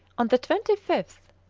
on the twenty fifth,